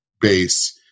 base